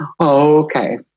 okay